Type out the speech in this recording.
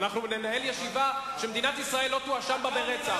אנחנו ננהל ישיבה שמדינת ישראל לא תואשם בה ברצח.